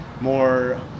more